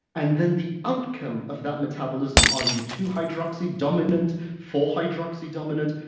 and then, the outcome of that metabolism are you two-hydroxy-dominant, four-hydroxydominant,